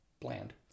bland